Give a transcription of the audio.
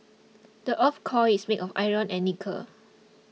the earth's core is made of iron and nickel